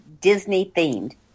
Disney-themed